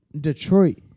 Detroit